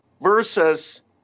versus